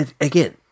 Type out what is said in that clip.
again